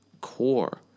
core